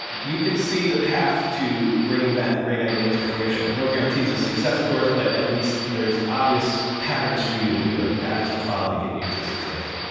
you can see the path to bringing that great idea to fruition. no guarantees a success of course, but at least there's obvious patterns for you to do it, patterns to follow to get you to success.